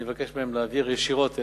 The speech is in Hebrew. אני אבקש מהם להעביר ישירות אליה,